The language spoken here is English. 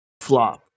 flop